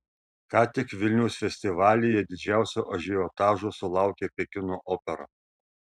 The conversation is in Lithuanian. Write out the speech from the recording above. ką tik vilniaus festivalyje didžiausio ažiotažo sulaukė pekino opera